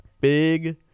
Big